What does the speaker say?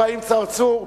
אברהים צרצור.